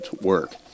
work